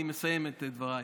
אני מסיים את דבריי.